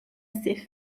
آسف